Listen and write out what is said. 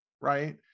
right